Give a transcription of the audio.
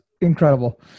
incredible